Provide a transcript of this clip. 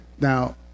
now